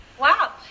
Wow